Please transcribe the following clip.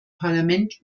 parlament